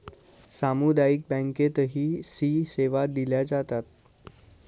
सामुदायिक बँकेतही सी सेवा दिल्या जातात